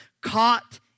caught